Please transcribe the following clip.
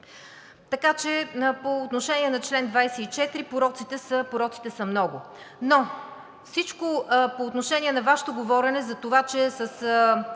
така че по отношение на чл. 24 пороците са много. Но всичко по отношение на Вашето говорене за това, че с